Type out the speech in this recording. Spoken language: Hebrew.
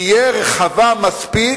תהיה רחבה מספיק,